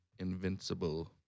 invincible